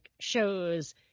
shows